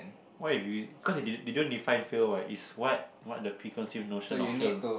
what if you cause you don't you don't define fail what is what what the preconceived notion of fail